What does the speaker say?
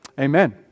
Amen